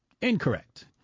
Incorrect